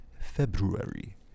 February